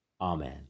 Amen